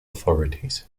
authorities